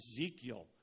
Ezekiel